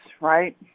right